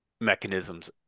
mechanisms